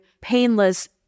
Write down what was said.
painless